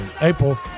April